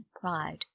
pride